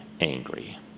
angry